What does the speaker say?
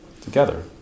Together